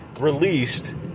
released